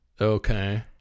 Okay